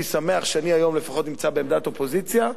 אני שמח שאני היום לפחות נמצא בעמדת אופוזיציה.